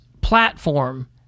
platform